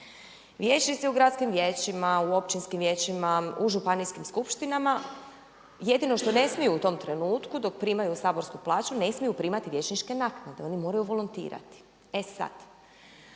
Vijećnici u gradskim vijećima, u općinskim vijećima, u županijskim skupštinama jedino što ne smiju u tom trenutku dok primaju saborsku plaću ne smiju primati vijećničke naknade. Oni moraju volontirati. E sad,